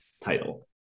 title